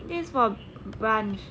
this is for brunch